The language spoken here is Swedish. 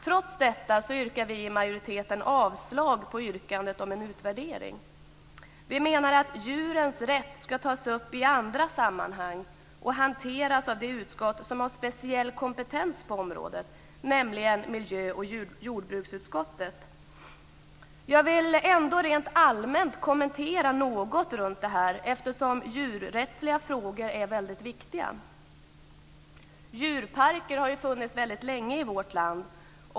Trots detta yrkar vi i majoriteten avslag på yrkandet om en utvärdering. Vi menar att djurens rätt ska tas upp i andra sammanhang och hanteras av det utskott som har speciell kompetens på området, nämligen miljö och jordbruksutskottet. Jag vill ändå rent allmänt kommentera något runt det här eftersom djurrättsliga frågor är väldigt viktiga. Djurparker har ju funnits länge i vårt land.